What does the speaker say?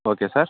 okay sir